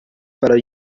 para